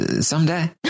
someday